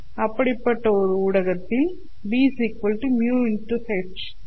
அப்படிப்பட்ட ஒரு ஊடகத்தில் B' μ x H' ஆகும்